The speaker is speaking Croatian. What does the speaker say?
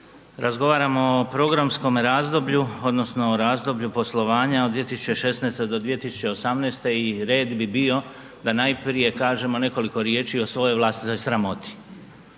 razgovaramo o programskom razdoblju odnosno o razdoblju poslovanja od 2016. do 2018. i red bi bio da najprije kažemo nekoliko riječi o svojoj vlastitoj sramoti.